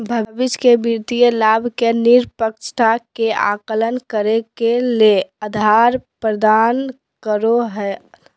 भविष्य के वित्तीय लाभ के निष्पक्षता के आकलन करे ले के आधार प्रदान करो हइ?